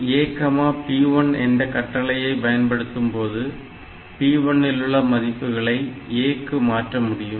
MOV A P1 என்ற கட்டளையை பயன்படுத்தும்போது p1 இல் உள்ள மதிப்புகளை A க்கு மாற்றமுடியும்